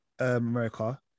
America